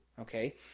Okay